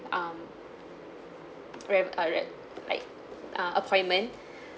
um ram uh rag like uh appointment